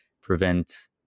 prevent